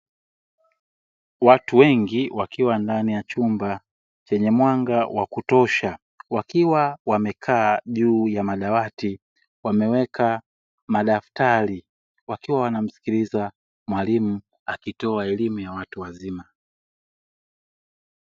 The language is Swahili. Watu wengi wakiwa ndani ya chumba chenye mwanga wa kutosha. Wakiwa wamekaa juu ya madawati wameweka madaftari, wakiwa wanamsikiliza mwalimu akitoa elimu ya watu wazima.